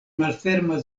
malferma